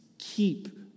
keep